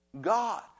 God